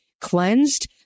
cleansed